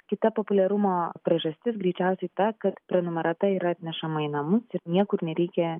kita populiarumo priežastis greičiausiai ta kad prenumerata yra atnešama į namus ir niekur nereikia